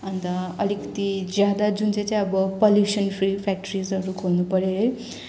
अन्त अलिकति ज्यादा जुन चाहिँ अब पोल्युसन फ्री फ्याक्ट्रिजहरू खोल्नुपऱ्यो है